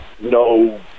no